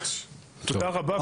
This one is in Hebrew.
תודה רבה.